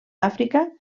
àfrica